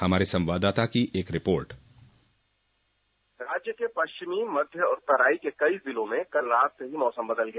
हमारे संवाददाता की एक रिपोर्ट राज्य के पश्चिमी मध्य और तराई के कई जिलों में कल रात से ही मौसम बदल गया